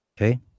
Okay